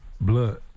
Blood